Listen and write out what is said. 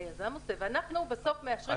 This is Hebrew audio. היזם עושה ואנחנו בסוף מאשרים או דוחים.